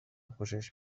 خوشش